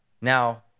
Now